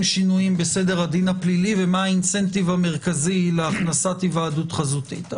שינויים בסדר הדין הפלילי ומה האינסנטיב המרכזי להכנסת היוועדות חזותית.